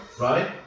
Right